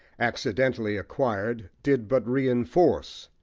accidentally acquired, did but reinforce.